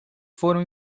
foram